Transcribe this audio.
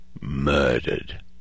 murdered